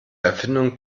erfindung